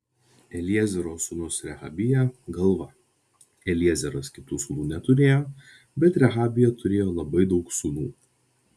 eliezero sūnus rehabija galva eliezeras kitų sūnų neturėjo bet rehabija turėjo labai daug sūnų